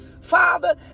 Father